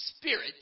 Spirit